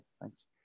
thanks